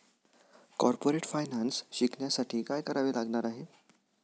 Corporate finance शिकण्यासाठी काय करावे लागणार आहे?